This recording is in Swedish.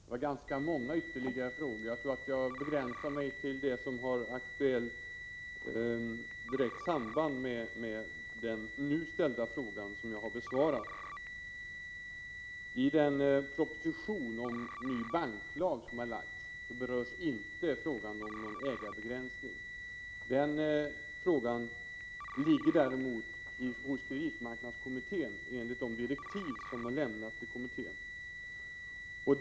Fru talman! Det var ganska många ytterligare frågor. Jag tror att jag begränsar mig till det som har direkt samband med den fråga som jag har besvarat. I den proposition om ny banklag som har lagts fram berörs inte frågan om ägarbegränsning. Den frågan ligger däremot hos kreditmarknadskommittén, enligt de direktiv som har lämnats till kommittén.